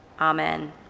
Amen